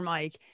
Mike